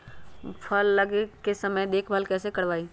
फल लगे के समय देखभाल कैसे करवाई?